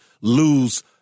lose